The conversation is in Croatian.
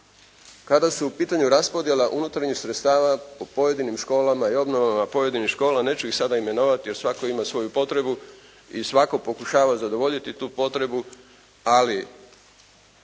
kada je u pitanju raspodjela unutarnjih sredstava po pojedinim školama i obnovama pojedinih škola, neću ih sada imenovati jer svatko ima svoju potrebu i svatko pokušava zadovoljiti tu potrebu ali